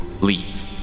leave